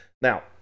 Now